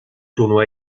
tournoi